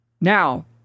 now